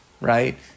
right